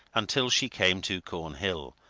until she came to cornhill,